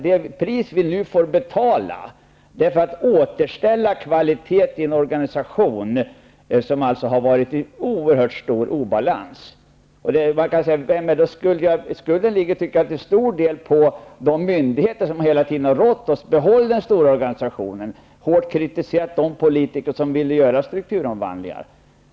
Det pris vi nu får betala är för att återställa kvaliteten i en organisation som har varit i en oerhört stor obalans. Hos vem ligger skulden? Skulden ligger till stor del på de myndigheter som hela tiden har rått oss att behålla den stora organisationen och har hårt kritiserat de politiker som har velat genomföra strukturomvandlingar.